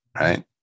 right